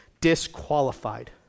disqualified